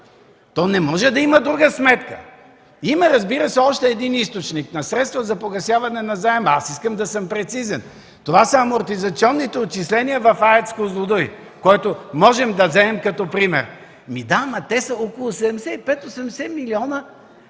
Не може да има друга сметка. Разбира се, има още един източник на средства за погасяване на заема. Аз искам да съм прецизен. Това са амортизационните отчисления в АЕЦ „Козлодуй”, което можем да вземем като пример. Да, но те са около 75-80 милиона